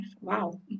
Wow